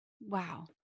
Wow